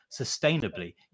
sustainably